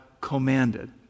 commanded